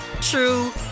true